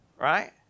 Right